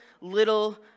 little